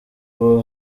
ubu